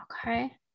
okay